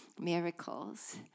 miracles